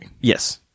Yes